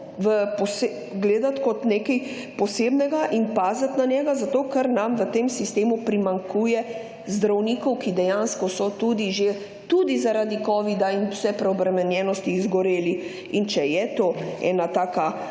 gledati kot nekaj posebnega in paziti na njega zato, ker nam v tem sistemu primanjkuje zdravnikov, ki dejansko so tudi že tudi zaradi Covida in vse preobremenjenosti izgoreli. In če je to ena taka,